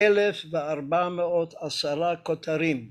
‫1410 כותרים.